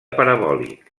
parabòlic